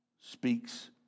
speaks